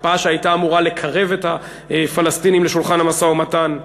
הקפאה שהייתה אמורה לקרב את הפלסטינים לשולחן המשא-ומתן,